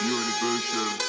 universal